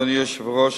אדוני היושב-ראש,